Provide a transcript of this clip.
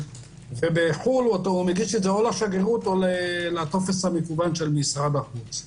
ובחו"ל הוא מגיש או לשגרירות או לטופס המקוון של משרד החוץ.